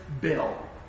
bill